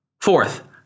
Fourth